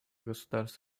государств